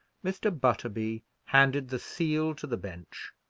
mr. butterby handed the seal to the bench,